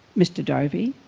mr dovey,